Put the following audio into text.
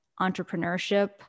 entrepreneurship